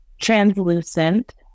translucent